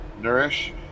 Nourish